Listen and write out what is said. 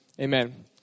amen